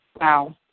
Wow